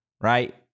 right